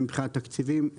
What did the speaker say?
הן מבחינת תקציבים,